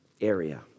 area